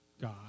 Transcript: God